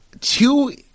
two